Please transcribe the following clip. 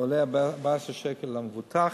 עולה 14 שקל למבוטח.